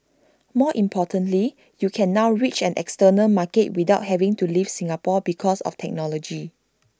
more importantly you can now reach an external market without having to leave Singapore because of technology